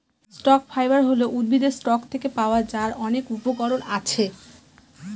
stock fiber হল উদ্ভিদের stalk থেকে পাওয়া যার অনেক উপকরণ আছে